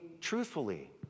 truthfully